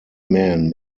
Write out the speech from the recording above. men